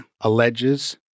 alleges